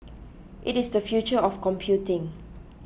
it is the future of computing